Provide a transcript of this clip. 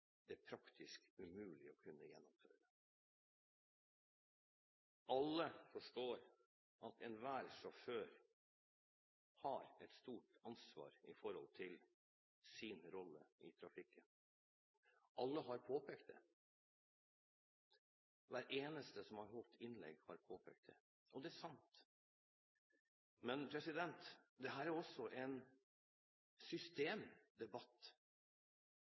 det både diskriminerende og, jeg vil også våge å påstå, praktisk umulig å gjennomføre. Alle forstår at enhver sjåfør har et stort ansvar når det gjelder sin rolle i trafikken. Alle har påpekt det. Hver eneste én som har holdt innlegg, har påpekt det, og det er sant. Dette er også en systemdebatt,